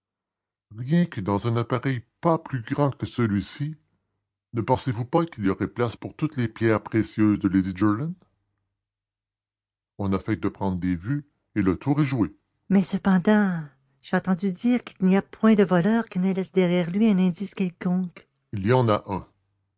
rien que dans un appareil pas plus grand que celui-ci ne pensez-vous pas qu'il y aurait place pour toutes les pierres précieuses de lady jerland on affecte de prendre des vues et le tour est joué mais cependant j'ai entendu dire qu'il n'y a point de voleur qui ne laisse derrière lui un indice quelconque il y en a un